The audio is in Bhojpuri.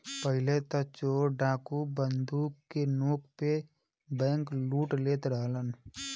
पहिले त चोर डाकू बंदूक के नोक पे बैंकलूट लेत रहलन